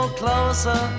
closer